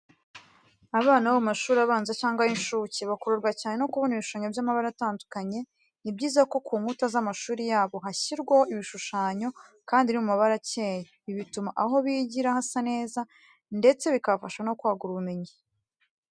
Abana bo mu mashuri abanza cyangwa ay’incuke bakururwa cyane no kubona ibishushanyo by'amabara atandukanye. Ni byiza ko ku nkuta z'amashuri yabo hashyirwaho ibishushanyo, kandi biri mu mabara akeye. Ibi bituma aho bigira hasa neza ndetse bikabafasha no kwagura ubumenyi.